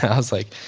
i was like,